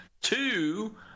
Two